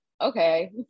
okay